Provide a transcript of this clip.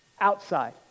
outside